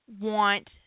want